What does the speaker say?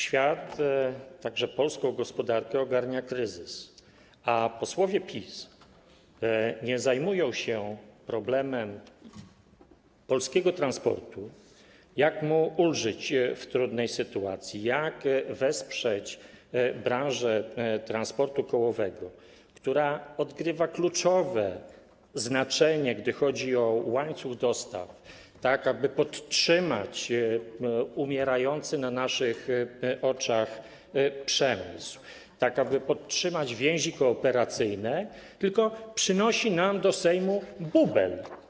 Świat, także polską gospodarkę ogarnia kryzys, a posłowie PiS nie zajmują się problemem polskiego transportu, tym, jak mu ulżyć w trudnej sytuacji, jak wesprzeć branżę transportu kołowego, która odgrywa kluczowe znaczenie, gdy chodzi o łańcuch dostaw, tak aby podtrzymać umierający na naszych oczach przemysł, tak aby podtrzymać więzi kooperacyjne, tylko przynoszą nam do Sejmu bubel.